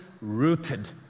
rooted